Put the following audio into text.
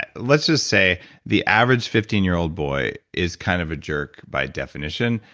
let's just say the average fifteen year old boy is kind of a jerk by definition,